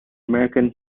american